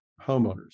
homeowners